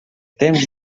temps